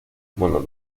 bueno